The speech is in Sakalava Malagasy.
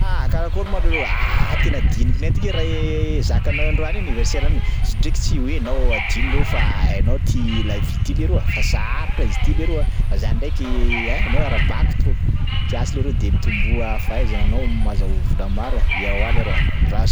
Ah karakôry ma leroa! Ahh, tena adinoko ndraiky ne raha zakanao androany iny anniversaire ny, izy ndraiky tsy hoe anao adino leroa fa hainao ty la vie ty leroa fa sarotra izy ty leroa a za ndraiky ah! Anao arahabako to kiasy leroa de mitomboa fahaizana anao mazahoa vola maro eoa leroa ras-.